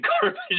garbage